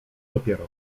dopiero